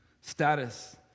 status